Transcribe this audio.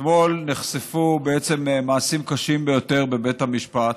אתמול נחשפו מעשים קשים ביותר בבית המשפט.